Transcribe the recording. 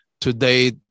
today